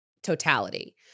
totality